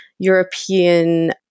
European